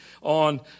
on